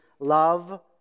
Love